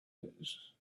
and